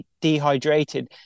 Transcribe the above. dehydrated